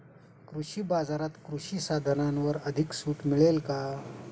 कृषी बाजारात कृषी साधनांवर अधिक सूट मिळेल का?